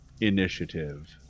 initiative